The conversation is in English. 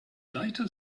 data